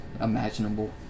imaginable